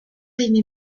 aimer